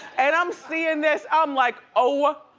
and i'm seeing this, i'm like, oh